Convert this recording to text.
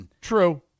True